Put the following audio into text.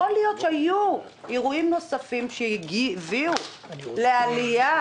יכול להיות שהיו אירועים נוספים שהביאו לעלייה,